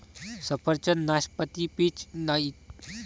सफरचंद, नाशपाती, पीच इत्यादी पानगळीच्या झाडांची छाटणी आवश्यक आहे